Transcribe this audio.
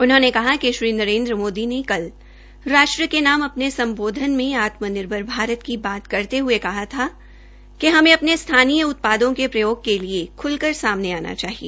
उन्होंने कहा कि श्री नरेन्द्र मोदी ने कल राष्ट्र के नाम अपने सम्बोधन में आत्मनिर्भर भारत की बात करते हये कहा था कि हमें अपने स्थानीय उत्पादों का प्रयोग के लिए खुलकर सामने आना चाहिए